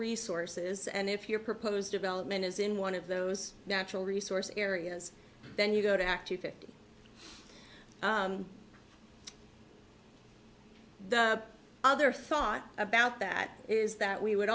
resources and if your proposed development is in one of those natural resource areas then you go to act to fifty the other thought about that is that we would